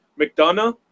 McDonough